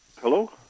Hello